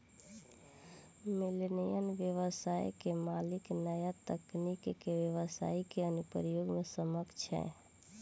millennial ब्यबसाय के मालिक न्या तकनीक के ब्यबसाई के अनुप्रयोग में सक्षम ह